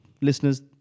listeners